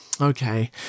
Okay